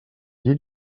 llit